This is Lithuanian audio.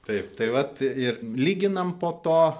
taip tai vat ir lyginam po to